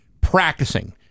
practicing